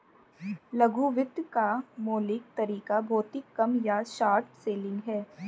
लघु वित्त का मौलिक तरीका भौतिक कम या शॉर्ट सेलिंग है